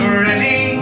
ready